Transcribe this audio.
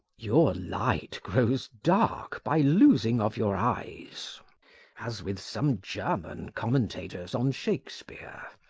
your light grows dark by losing of your eyes as with some german commentators on shakespeare.